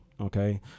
Okay